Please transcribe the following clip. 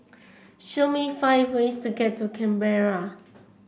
show me five ways to get to Canberra